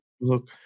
look